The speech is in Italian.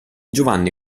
giovanni